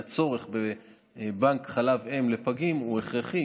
כי הצורך בבנק חלב אם לפגים הוא הכרחי.